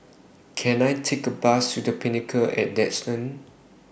Can I Take A Bus to The Pinnacle At Duxton